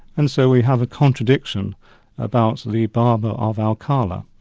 and so we have a contradiction about the barber of alcala.